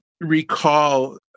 Recall